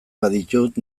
baditut